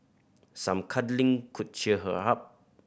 some cuddling could cheer her up